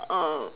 uh